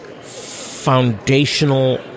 foundational